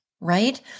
right